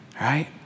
right